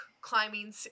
climbing